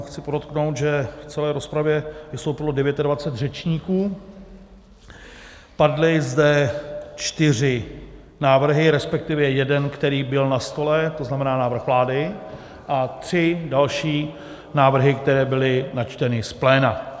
Chci podotknout, že v celé rozpravě vystoupilo devětadvacet řečníků, padly zde čtyři návrhy, respektive jeden, který byl na stole, to znamená návrh vlády, a tři další návrhy, které byly načteny z pléna.